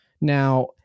Now